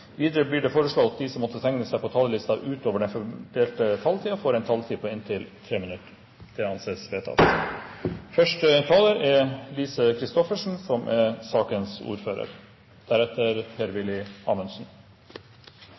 Videre blir det foreslått at de som måtte tegne seg på talerlisten utover den fordelte taletid, får en taletid på inntil 3 minutter. – Det anses vedtatt. Heller ikke i denne saken ønsker sakens ordfører,